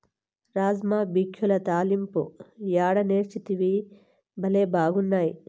రాజ్మా బిక్యుల తాలింపు యాడ నేర్సితివి, బళ్లే బాగున్నాయి